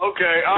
Okay